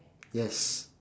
yes